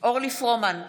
אורלי פרומן,